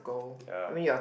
ya